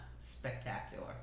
spectacular